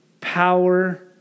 power